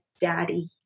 Daddy